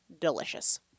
Delicious